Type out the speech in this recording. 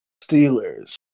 Steelers